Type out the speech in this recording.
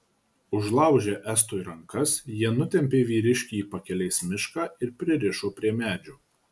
užlaužę estui rankas jie nutempė vyriškį į pakelės mišką ir pririšo prie medžio